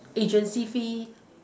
agency fee